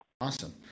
awesome